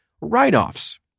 write-offs